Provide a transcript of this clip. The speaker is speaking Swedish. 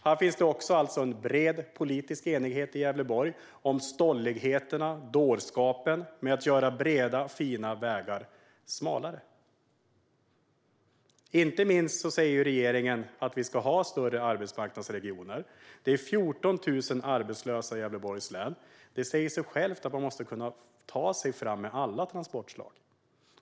Det finns alltså en bred politisk enighet i Gävleborg om stolligheten och dårskapen att göra breda fina vägar smalare. Regeringen säger att vi ska ha större arbetsmarknadsregioner. Det är 14 000 arbetslösa i Gävleborgs län. Det säger sig självt att man måste kunna ta sig fram med alla transportslag.